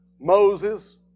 Moses